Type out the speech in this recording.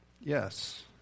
Yes